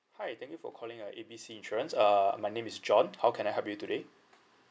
hi thank you for calling uh A B C insurance uh my name is john how can I help you today